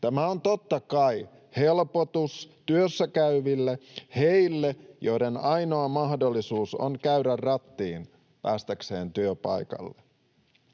Tämä on totta kai helpotus työssäkäyville — heille, joiden ainoa mahdollisuus on käydä rattiin päästäkseen työpaikalle.